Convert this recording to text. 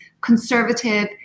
conservative